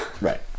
Right